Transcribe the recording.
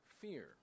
fear